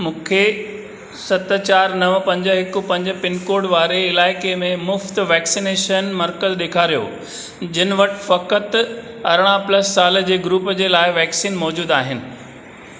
मूंखे सत चारि नव पंज हिकु पंज पिनकोड वारे इलाइक़े में मुफ़्ति वैक्सनेशन मर्कज़ ॾेखारियो जिन वटि फ़क़ति अरिड़हं प्लस साल जे ग्रुप जे लाइ वैक्सीन मौजूदु आहिनि